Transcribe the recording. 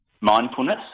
mindfulness